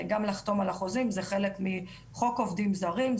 גם לחתום על החוזים זה חלק מחוק עובדים זרים,